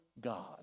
God